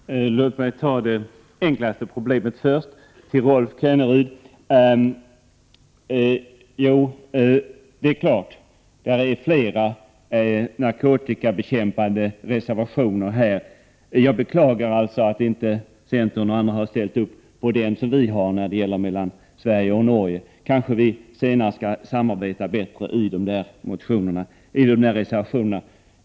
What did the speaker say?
Herr talman! Låt mig börja med det enklaste problemet. Till Rolf Kenneryd vill jag säga att det är klart att det finns fler reservationer som handlar om narkotikabekämpning. Jag beklagar dock att centern och övriga partier inte har ställt sig bakom den reservation som vi har avgett och som tar upp frågan om tullsamarbetet mellan Sverige och Norge. Kanske vi senare kan samarbeta bättre när det gäller det som tas upp i dessa reservationer.